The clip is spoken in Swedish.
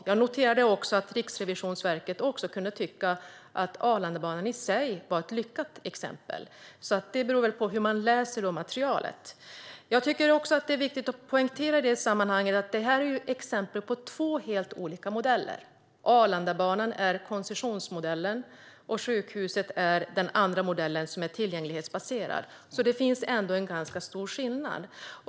Jag noterade att Riksrevisionen kunde tycka att Arlandabanan i sig var ett lyckat exempel, så det beror väl på hur man läser materialet. I detta sammanhang tycker jag att det är viktigt att poängtera att det här är exempel på två helt olika modeller - Arlandabanan på koncessionsmodellen och sjukhuset på den andra modellen, som är tillgänglighetsbaserad. Det finns alltså en ganska stor skillnad.